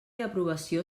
aprovació